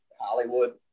Hollywood